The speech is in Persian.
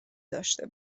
داشته